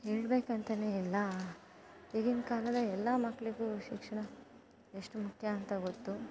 ಹೇಳ್ಬೇಕಂತಲೇ ಇಲ್ಲ ಈಗಿನ ಕಾಲದ ಎಲ್ಲ ಮಕ್ಳಿಗು ಶಿಕ್ಷಣ ಎಷ್ಟು ಮುಖ್ಯ ಅಂತ ಗೊತ್ತು